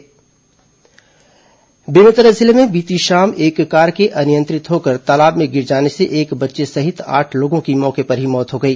दुर्घटना बेमेतरा जिले में बीती शाम एक कार के अनियंत्रित होकर तालाब में गिर जाने से एक बच्चे सहित आठ लोगों की मौके पर ही मौत हो गई